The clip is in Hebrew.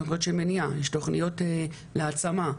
יש תוכניות של מניעה, יש תוכניות להעצמה.